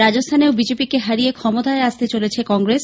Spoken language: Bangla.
রাজস্থানেও বিজেপিকে হারিয়ে ক্ষমতায় আসতে চলেছে কংগ্রেস